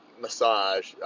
massage